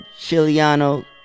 Chiliano